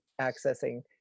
accessing